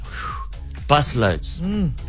busloads